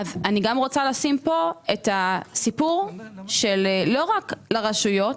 אני רוצה לשים כאן את הנושא שלא רק לרשויות,